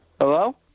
hello